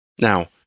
Now